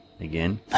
again